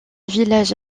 village